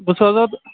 بہٕ سوزہو